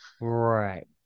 right